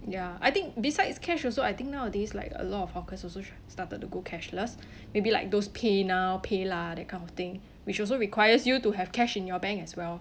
ya I think besides cash also I think nowadays like a lot of hawkers also started to go cashless maybe like those paynow paylah that kind of thing which also requires you to have cash in your bank as well